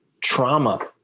trauma